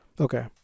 Okay